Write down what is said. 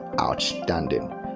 outstanding